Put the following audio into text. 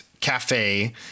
cafe